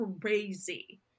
crazy